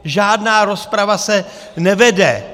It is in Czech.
Žádná rozprava se nevede.